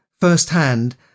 firsthand